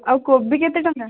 ଆଉ କୋବି କେତେ ଟଙ୍କା